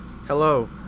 Hello